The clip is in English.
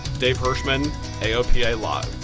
dave hirschman aopa live.